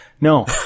No